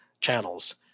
channels